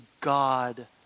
God